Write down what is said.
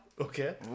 Okay